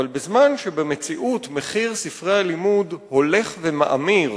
אבל בזמן שבמציאות מחיר ספרי הלימוד הולך ומאמיר